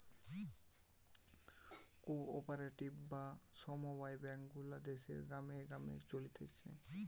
co operative বা সমব্যায় bank গুলা দেশের গ্রামে গ্রামে চলতিছে